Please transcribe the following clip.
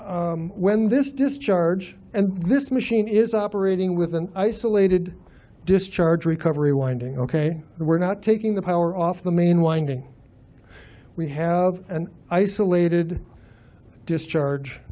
that when this discharge and this machine is operating with an isolated discharge recovery winding ok we're not taking the power off the main winding we have an isolated discharge